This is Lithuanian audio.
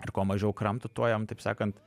ir kuo mažiau kramto tuo jam taip sakant